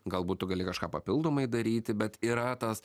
galbūt tu gali kažką papildomai daryti bet yra tas